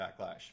backlash